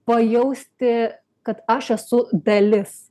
pajausti kad aš esu dalis